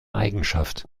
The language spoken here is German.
eigenschaft